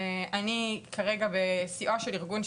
אני כרגע בשיאו של ארגון,